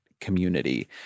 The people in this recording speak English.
community